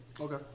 Okay